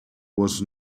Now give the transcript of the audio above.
was